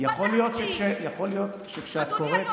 יכול להיות שכשאת קוראת,